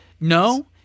no